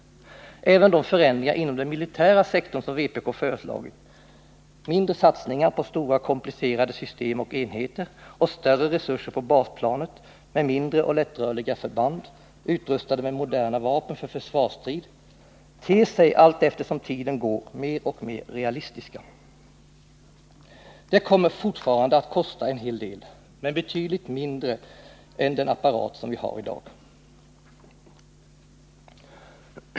Även de förändringar inom den militära sektorn som vpk föreslagit — mindre satsningar på stora, komplicerade system och enheter, och större resurser på basplanet, med mindre och lättrörliga förband utrustade med moderna vapen för försvarsstrid — ter sig, allteftersom tiden går, mer och mer realistiska. Det kommer fortfarande att kosta en hel del, men betydligt mindre än den apparat vi har i dag.